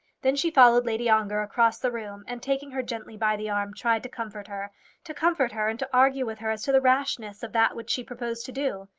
then she followed lady ongar across the room, and taking her gently by the arm tried to comfort her to comfort her, and to argue with her as to the rashness of that which she proposed to do.